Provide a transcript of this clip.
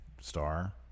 star